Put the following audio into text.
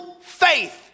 faith